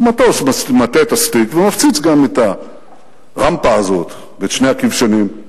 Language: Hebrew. אז המטוס מטה את הסטיק ומפציץ גם את הרמפה הזאת ואת שני הכבשנים,